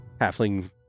halfling